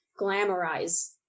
glamorize